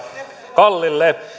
kallille